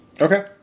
Okay